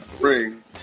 ring